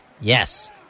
Yes